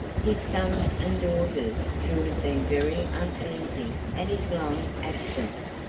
his sons and daughters, who had been very uneasy at his long absence,